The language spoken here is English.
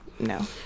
no